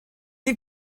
you